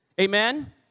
Amen